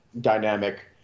dynamic